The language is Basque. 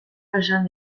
esan